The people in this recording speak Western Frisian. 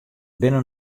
binne